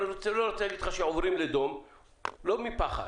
אני לא רוצה להגיד לך שעוברים לדום ולא מפחד,